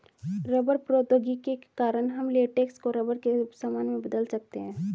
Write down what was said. rubber प्रौद्योगिकी के कारण हम लेटेक्स को रबर के सामान में बदल सकते हैं